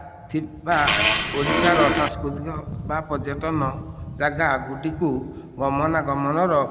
ଥିବା ଓଡ଼ିଶାର ସାଂସ୍କୃତିକ ବା ପର୍ଯ୍ୟଟନ ଜାଗାଗୁଡିକୁ ଗମନାଗମନର